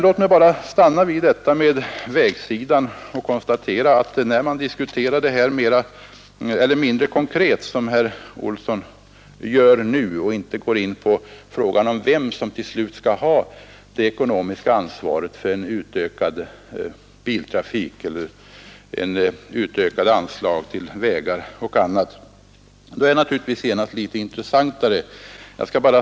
Låt mig emellertid konstatera att när man diskuterar frågan om vägtrafiken som herr Olsson gör, och inte går in på frågan om vem som till slut skall bära det ekonomiska ansvaret för en ökad biltrafik genom ökade anslag till vägar och annat, blir det naturligtvis genast litet intressantare.